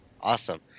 Awesome